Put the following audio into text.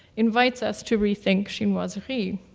invites us to rethink chinoiserie.